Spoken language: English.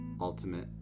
ultimate